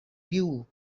view